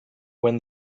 when